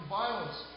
violence